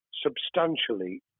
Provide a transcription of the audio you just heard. substantially